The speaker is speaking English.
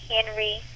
Henry